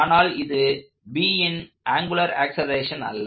ஆனால் இது Bன் ஆங்குலார் ஆக்ஸலரேஷன் அல்ல